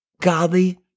godly